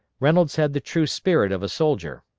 reynolds had the true spirit of a soldier.